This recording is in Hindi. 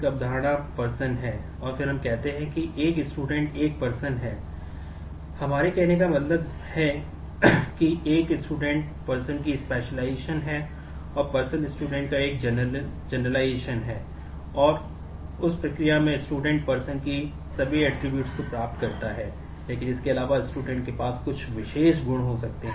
अब हम उन स्पेशलाइजेशन को प्राप्त करता है लेकिन इसके अलावा student के पास कुछ विशेष गुण हो सकते हैं